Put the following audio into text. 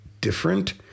different